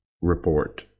report